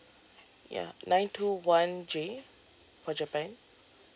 ya nine two one J for japan